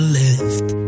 left